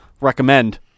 recommend